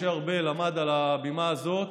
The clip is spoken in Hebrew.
משה ארבל עמד על הבימה הזאת